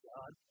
God